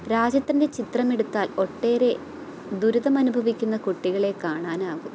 രാജ്യത്തിൻ്റെ ചിത്രമെടുത്താൽ ഒട്ടേറെ ദുരിതമനുഭവിക്കുന്ന കുട്ടികളെ കാണാനാകും